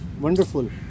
wonderful